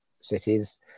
cities